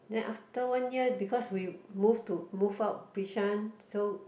then after one year because we move to move out Bishan so